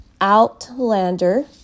Outlander